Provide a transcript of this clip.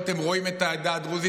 אל תדאג.